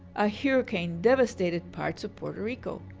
a hurricane devastated parts of puerto rico.